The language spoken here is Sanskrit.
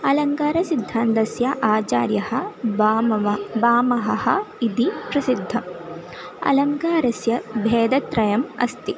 अलङ्कारसिद्धान्तस्य आचार्यः भामहः भामहः इति प्रसिद्धम् अलङ्कारस्य भेदत्रयम् अस्ति